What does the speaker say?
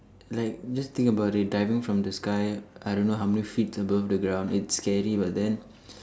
like just think about it diving from the sky I don't know how many feets above the ground it's scary but then